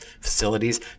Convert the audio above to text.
facilities